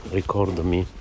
ricordami